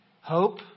hope